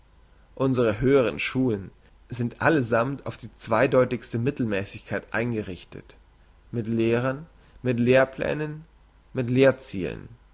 unsre höheren schulen sind allesammt auf die zweideutigste mittelmässigkeit eingerichtet mit lehrern mit lehrplänen mit